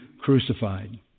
crucified